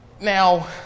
Now